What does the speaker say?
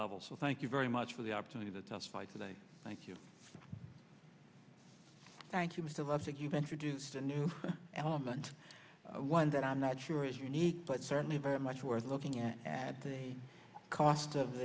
level so thank you very much for the opportunity to testify today thank you thank you most of us take you to introduced a new element one that i'm not sure is unique but certainly very much worth looking at at the cost of